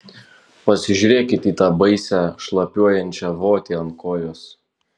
pasižiūrėkit į tą baisią šlapiuojančią votį ant kojos